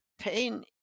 pain